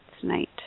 tonight